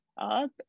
up